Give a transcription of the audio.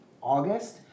August